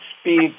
speak